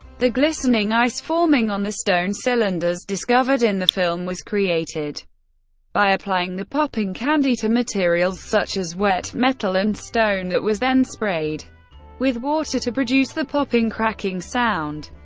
the glistening ice forming on the stone cylinders discovered in the film was created by applying the popping candy to materials such as wet metal and stone that was then sprayed with water to produce the popping, cracking sound.